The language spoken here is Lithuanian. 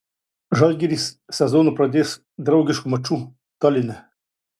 žalgiris sezoną pradės draugišku maču taline